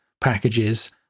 packages